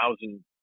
thousand